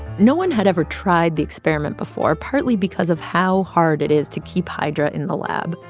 no one had ever tried the experiment before, partly because of how hard it is to keep hydra in the lab.